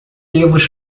livros